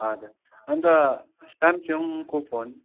हजुर अन्त सेमसङको फोन